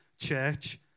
church